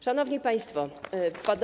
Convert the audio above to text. Szanowni Państwo!